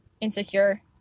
insecure